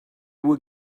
were